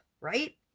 right